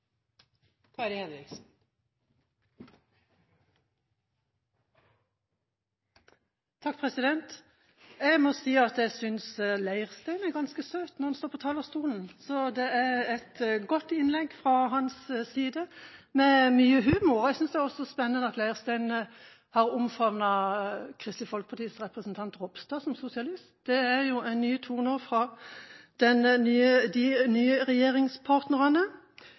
det er et godt innlegg fra hans side, med mye humor. Jeg synes også det er spennende at Leirstein har omfavnet Kristelig Folkepartis representant Ropstad som sosialist. Det er jo nye toner fra de nye regjeringspartnerne.